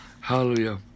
Hallelujah